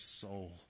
soul